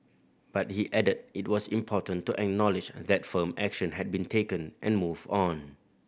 but he added it was important to acknowledge that firm action had been taken and move on